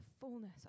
fullness